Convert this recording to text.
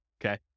Okay